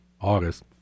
August